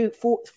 four